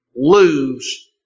Lose